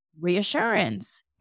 reassurance